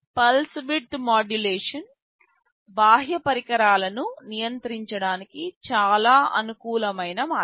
pulse width modulation బాహ్య పరికరాలను నియంత్రించడానికి చాలా అనుకూలమైన మార్గం